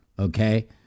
Okay